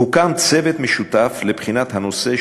הוקם צוות משותף לבחינת הנושא,